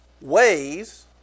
ways